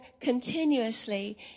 continuously